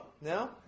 no